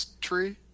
tree